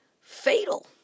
fatal